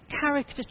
character